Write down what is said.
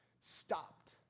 stopped